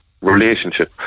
relationship